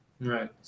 Right